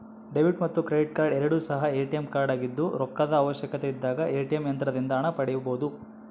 debit ಮತ್ತು credit card ಎರಡು ಸಹ ಎ.ಟಿ.ಎಂ ಕಾರ್ಡಾಗಿದ್ದು ರೊಕ್ಕದ ಅವಶ್ಯಕತೆಯಿದ್ದಾಗ ಎ.ಟಿ.ಎಂ ಯಂತ್ರದಿಂದ ಹಣ ಪಡೆಯಬೊದು